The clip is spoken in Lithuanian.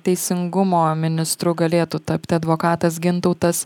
teisingumo ministru galėtų tapti advokatas gintautas